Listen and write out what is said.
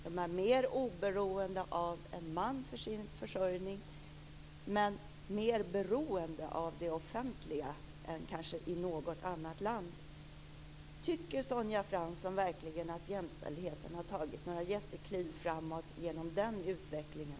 De är mer oberoende av en man för sin försörjning, men mer beroende av det offentliga än kanske i något annat land. Tycker Sonja Fransson verkligen att jämställdheten har tagit några jättekliv framåt genom den utvecklingen?